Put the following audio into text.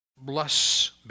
bless